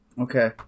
Okay